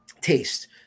taste